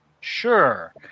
Sure